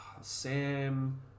Sam